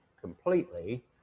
completely